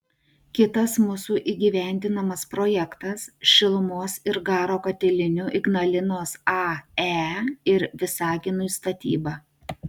kitas mūsų įgyvendinamas projektas šilumos ir garo katilinių ignalinos ae ir visaginui statyba